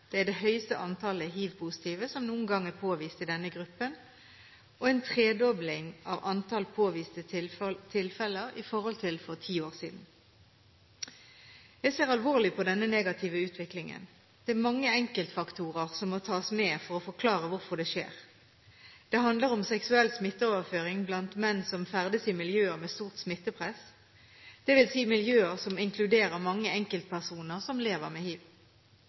Det er det høyeste antallet hivpositive som noen gang er påvist i denne gruppen, og en tredobling av antall påviste tilfeller i forhold til for ti år siden. Jeg ser alvorlig på denne negative utviklingen. Det er mange enkeltfaktorer som må tas med for å forklare hvorfor det skjer. Det handler om seksuell smitteoverføring blant menn som ferdes i miljøer med stort smittepress, det vil si miljøer som inkluderer mange enkeltpersoner som lever med hiv.